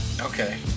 Okay